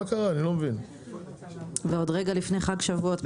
ועוד רגע לפני חג שבועות.